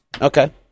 Okay